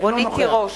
רונית תירוש,